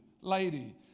lady